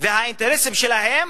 והאינטרסים שלהם